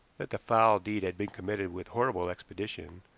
that the foul deed had been committed with horrible expedition,